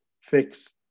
fixed